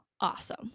awesome